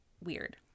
weird